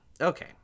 Okay